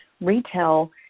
retail